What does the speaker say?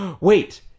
Wait